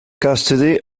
custody